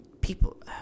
People